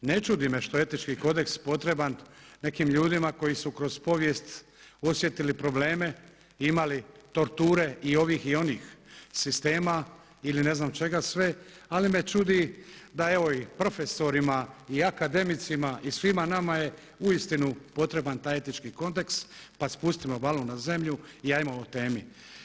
Ne čudi me što je etički kodeks potreban nekim ljudima koji su kroz povijest osjetili probleme imali torture i ovih i oni sistema ili ne znam čega sve, ali me čudi da evo i profesorima i akademicima i svima nama je uistinu potreban taj etički kodeks pa spustimo balun na zemlju i ajmo o temi.